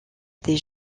des